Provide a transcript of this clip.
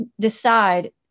decide